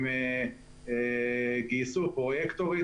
הם גייסו פרויקטורית,